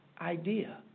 idea